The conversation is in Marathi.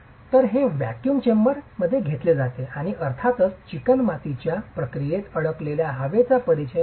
तर ते व्हॅक्यूम चेंबरमध्ये घेतले जाते आणि अर्थातच चिकणमातीच्या मातीच्या प्रक्रियेत अडकलेल्या हवेचा परिचय होतो